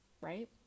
right